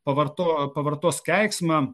pavarto pavartos keiksmą